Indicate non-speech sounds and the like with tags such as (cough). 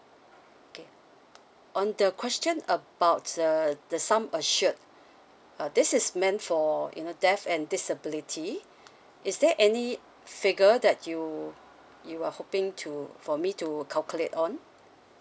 okay on the question about uh the sum assured (breath) uh this is meant for you know death and disability (breath) is there any figure that you you are hoping to for me to calculate on